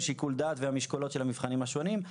שיקול דעת והמשקולות של המבחנים השונים,